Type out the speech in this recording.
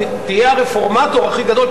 אתה תהיה הרפורמטור הכי גדול,